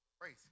praise